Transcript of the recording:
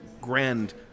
grand